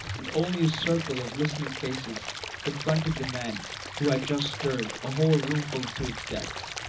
and only a circle of listening faces confronted the man who had just stirred a whole roomful to its depths.